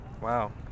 wow